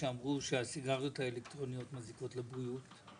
שאמרו שהסיגריות האלקטרוניות מזיקות לבריאות?